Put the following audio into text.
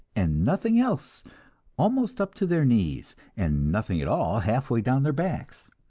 and nothing else almost up to their knees and nothing at all half way down their backs.